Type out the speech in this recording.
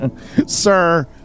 Sir